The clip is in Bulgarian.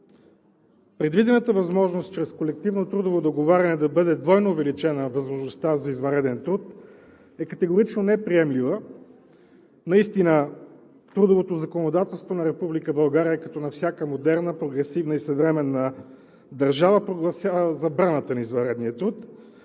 Предвидената възможност чрез колективно трудово договаряне да бъде двойно увеличена възможността за извънреден труд е категорично неприемлива. Трудовото законодателство на Република България като на всяка модерна, прогресивна и съвременна държава прогласява забраната на извънредния труд,